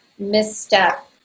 misstep